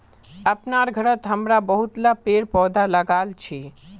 अपनार घरत हमरा बहुतला पेड़ पौधा लगाल छि